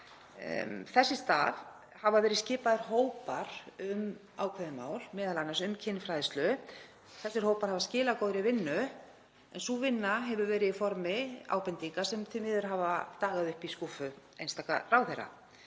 Þess í stað hafa verið skipaðir hópar um ákveðin mál, m.a. um kynfræðslu. Þessir hópar hafa skilað góðri vinnu en sú vinna hefur verið í formi ábendinga sem því miður hafa dagað uppi í skúffu einstaka ráðherra.